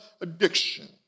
addiction